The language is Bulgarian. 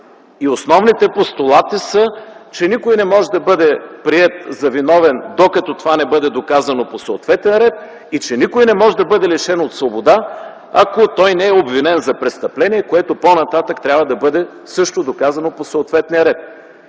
и основните постулати са, че никой не може да бъде приет за виновен, докато това не бъде доказано по съответен ред и че никой не може да бъде лишен от свобода, ако той не е обвинен за престъпление, което по-нататък трябва да бъде също доказано по съответния ред.